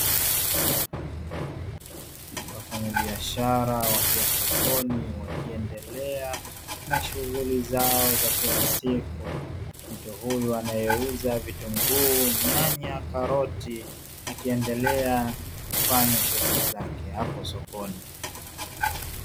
Wafanyabiashara wakiwa sokoni; wakiendelea na shughuli zao za kila siku. Mtu huyu anayeuza vitunguu, nyanya, karoti; akiendelea kufanya shughuli zake hapo sokoni.